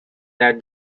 that